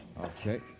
Okay